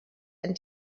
and